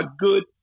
good